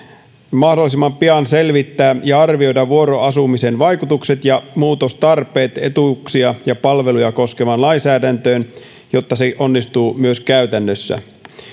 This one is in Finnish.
mahdollisimman pian selvittää ja arvioida vuoroasumisen vaikutukset ja muutostarpeet etuuksia ja palveluja koskevaan lainsäädäntöön jotta se onnistuu myös käytännössä